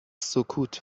سکوت